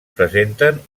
presenten